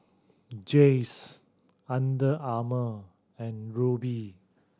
Jays Under Armour and Rubi